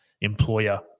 employer